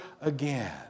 again